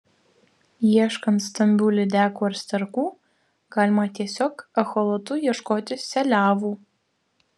ieškant stambių lydekų ar sterkų galima tiesiog echolotu ieškoti seliavų